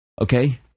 okay